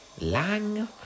Lang